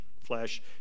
flesh